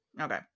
Okay